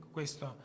Questo